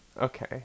Okay